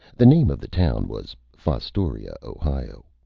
the name of the town was fostoria, ohio.